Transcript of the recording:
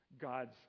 God's